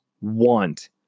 want